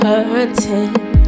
hurting